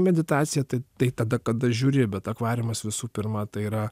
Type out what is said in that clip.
meditacija tai tai tada kada žiūri bet akvariumas visų pirma tai yra